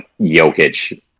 Jokic